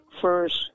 first